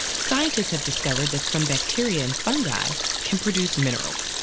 scientists have discovered that some bacteria and fungi can produce minerals,